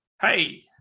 hey